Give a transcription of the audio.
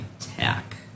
attack